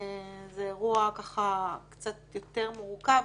זה אירוע קצת יותר מורכב.